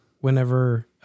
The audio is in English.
whenever